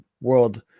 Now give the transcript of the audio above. world